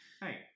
Hey